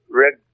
red